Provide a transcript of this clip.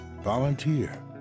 volunteer